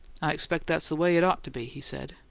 i expect that's the way it ought to be, he said,